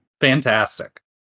Fantastic